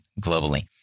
globally